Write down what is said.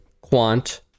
Quant